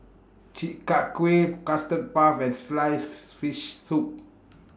Chi Kak Kuih Custard Puff and Sliced Fish Soup